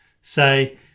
say